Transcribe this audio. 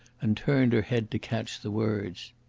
and turned her head to catch the words.